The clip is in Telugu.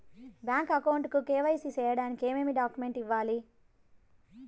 బ్యాంకు అకౌంట్ కు కె.వై.సి సేయడానికి ఏమేమి డాక్యుమెంట్ ఇవ్వాలి?